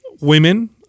women